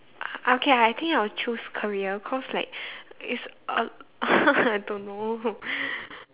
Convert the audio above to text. uh okay I think I will choose career cause like it's uh I don't know